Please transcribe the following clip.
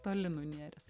toli nunėręs